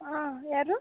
ಹಾಂ ಯಾರು